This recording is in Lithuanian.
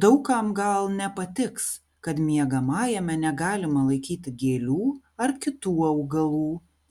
daug kam gal nepatiks kad miegamajame negalima laikyti gėlių ar kitų augalų